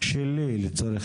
שלי לצורך